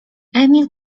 emil